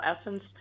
essence